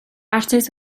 artist